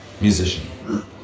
musician